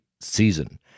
season